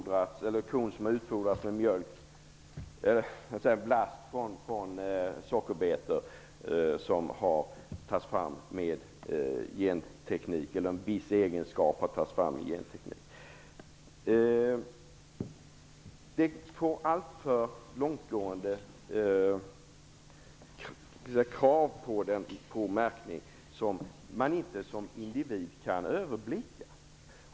Det gäller kon som har utfordrats med blast från sockerbetor som har tagits fram med genteknik, eller en viss egenskap som har tagits fram med genteknik. Det innebär alltför långtgående krav på märkning, som man som individ inte kan överblicka.